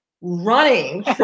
running